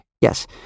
Yes